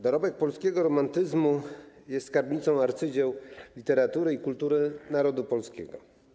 Dorobek polskiego romantyzmu jest skarbnicą arcydzieł literatury i kultury narodu polskiego.